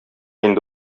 инде